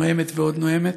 נואמת ועוד נואמת.